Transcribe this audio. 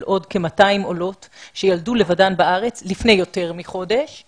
עוד כ-200 עולות שילדו לבדן בארץ לפני יותר מחודש.